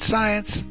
Science